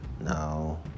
No